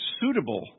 suitable